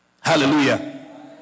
hallelujah